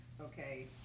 okay